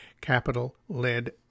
Capital-Led